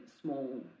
small